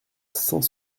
cent